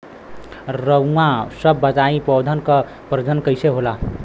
रउआ सभ बताई पौधन क प्रजनन कईसे होला?